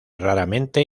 raramente